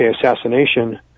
assassination